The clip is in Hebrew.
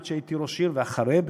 עד שהייתי ראש עיר ואחרי כן,